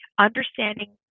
understanding